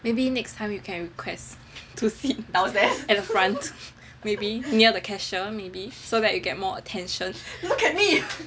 maybe next time you can request to sit at the front maybe near the cashier maybe so that you get more attention